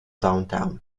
downtown